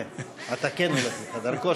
כן, אתה כן הולך לחדר כושר,